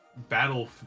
battle